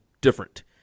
different